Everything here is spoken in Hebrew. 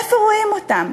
איפה רואים אותם?